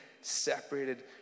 separated